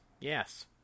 Yes